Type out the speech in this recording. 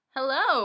Hello